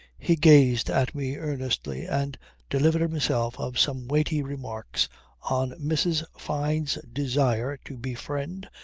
he gazed at me earnestly and delivered himself of some weighty remarks on mrs. fyne's desire to befriend,